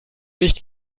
nicht